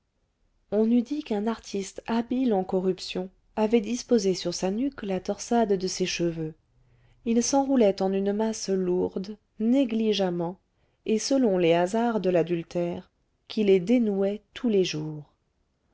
on eût dit qu'un artiste habile en corruptions avait disposé sur sa nuque la torsade de ses cheveux ils s'enroulaient en une masse lourde négligemment et selon les hasards de l'adultère qui les dénouait tous les jours